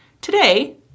Today